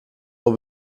hau